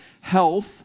health